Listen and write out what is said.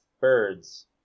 birds